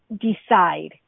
decide